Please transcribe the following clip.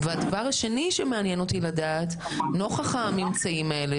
הדבר השני שמעניין אותי לדעת: נוכח הממצאים האלה,